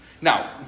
Now